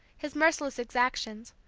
his merciless exactions,